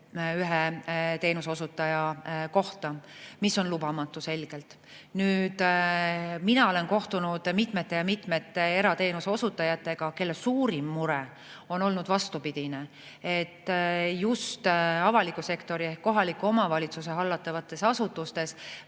ühe teenuseosutaja kohta, mis on selgelt lubamatu. Mina olen kohtunud mitmete ja mitmete erateenuse osutajatega, kelle suurim mure on olnud vastupidine, et just avaliku sektori ehk kohaliku omavalitsuse hallatavates asutustes